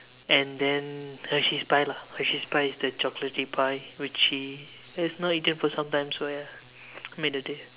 and then Hershey's pie lah Hershey pie is the chocolaty pie which she has not eaten for sometime so ya made her day